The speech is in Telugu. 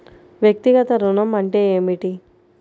వ్యక్తిగత ఋణం అంటే ఏమిటి?